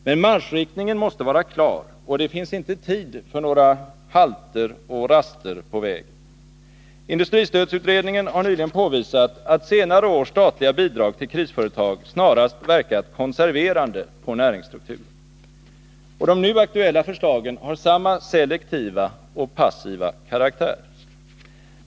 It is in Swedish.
Men marschriktningen måste vara klar, och det finns inte tid för några halter och faster på vägen. Industristödsutredningen har nyligen påvisat att senare års statliga bidrag till krisföretag snarast verkat konserverande på näringsstrukturen. De nu aktuella förslagen har samma selektiva och passiva karaktär.